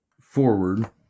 forward